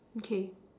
okay